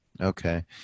Okay